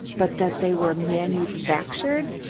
but that they were manufactured?